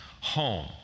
home